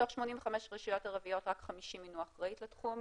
מתוך 85 רשויות ערביות רק 50 מינו אחראית לתחום,